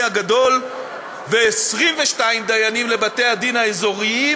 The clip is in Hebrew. הגדול ו-22 דיינים לבתי-הדין האזוריים,